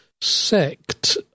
sect